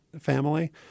family